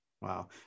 wow